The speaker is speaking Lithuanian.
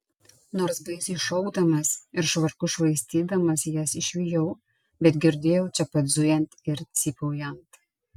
nors baisiai šaukdamas ir švarku švaistydamas jas išvijau bet girdėjau čia pat zujant ir cypaujant